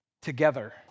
together